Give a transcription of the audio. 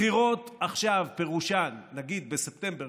בחירות עכשיו פירושן נגיד בספטמבר,